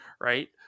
right